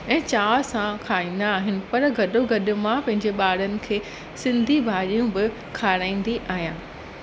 ऐं चाव सां खाईंदा आहिनि पर गॾो गॾु मां पंहिंजे ॿारनि खे सिंधी भाॼियूं बि खाराईंदी आहियां